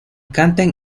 cantan